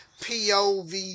POV